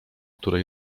które